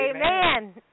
Amen